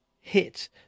hit